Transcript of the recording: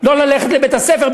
לא ללכת לבית-הספר,